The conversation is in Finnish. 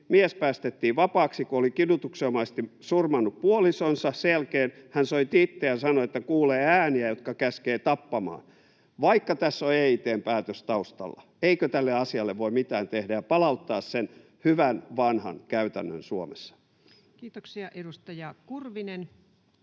mies päästettiin vapaaksi, kun oli kidutuksenomaisesti surmannut puolisonsa. Sen jälkeen hän soitti itse ja sanoi, että kuulee ääniä, jotka käskevät tappamaan. Vaikka tässä on EIT:n päätös taustalla, eikö tälle asialle voi mitään tehdä ja palauttaa sen hyvän vanhan käytännön Suomessa? Kiitoksia. — Edustaja Kurvinen.